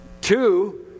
Two